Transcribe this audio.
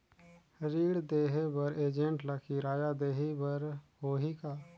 ऋण देहे बर एजेंट ला किराया देही बर होही का?